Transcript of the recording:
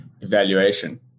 evaluation